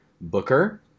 Booker